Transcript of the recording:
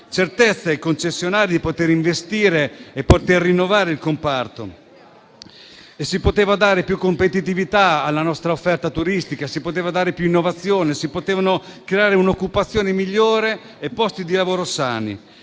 certezze ai concessionari di poter investire e rinnovare il comparto. Si poteva dare più competitività alla nostra offerta turistica. Si poteva dare più innovazione e si poteva creare un'occupazione migliore e posti di lavoro sani.